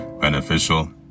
beneficial